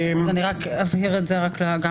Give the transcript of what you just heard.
אז אני רק אבהיר את זה גם לפרוטוקול.